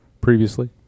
previously